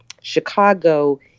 Chicago